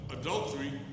adultery